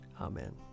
Amen